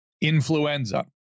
influenza